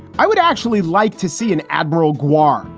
i would actually like to see an admiral gua.